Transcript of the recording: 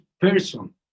person